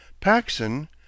Paxson